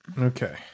Okay